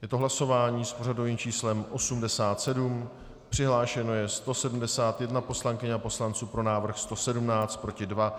Je to hlasování s pořadovým číslem 87, přihlášeno je 171 poslankyň a poslanců, pro návrh 117, proti 2.